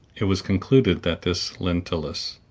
it was concluded that this lentulus,